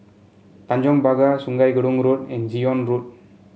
Tanjong Pagar Sungei Gedong Road and Zion Road